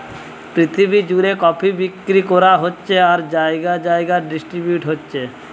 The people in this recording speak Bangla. পৃথিবী জুড়ে কফি বিক্রি করা হচ্ছে আর জাগায় জাগায় ডিস্ট্রিবিউট হচ্ছে